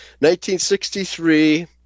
1963